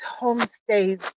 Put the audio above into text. homestays